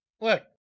look